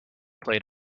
played